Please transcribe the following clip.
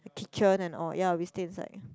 kitchen and all ya we stay inside